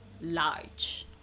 large